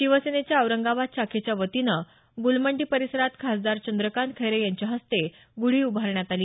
शिनसेनेच्या औरंगाबाद शाखेच्या वतीनं गुलमंडी परिसरात खासदार चद्रकांत खैरे यांच्या हस्ते गुढी उभारण्यात आली